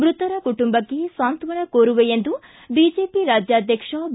ಮೃತರ ಕುಟುಂಬಕ್ಕೆ ಸಾಂತ್ವನ ಕೋರುವೆ ಎಂದು ಬಿಜೆಪಿ ರಾಜ್ಯಾಧ್ವಕ್ಷ ಬಿ